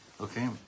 okay